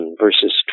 verses